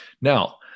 Now